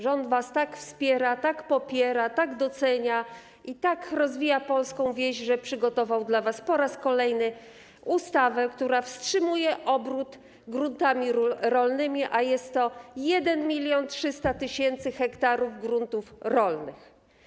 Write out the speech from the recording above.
Rząd was tak wspiera, tak popiera, tak docenia i tak rozwija polską wieś, że przygotował dla was po raz kolejny ustawę, która wstrzymuje obrót gruntami rolnymi, a jest to 1300 tys. ha gruntów rolnych.